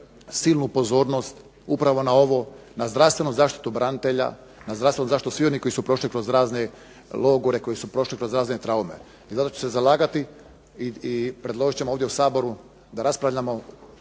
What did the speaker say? silnu pozornost upravo na ovo, na zdravstvenu zaštitu branitelja, na zdravstvenu zaštitu svih onih koji su prošli kroz razne logore, koji su prošli kroz razne traume. I zato ću se zalagati i predložit ćemo ovdje u Saboru da raspravljamo